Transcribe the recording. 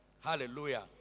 Hallelujah